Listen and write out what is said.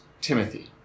Timothy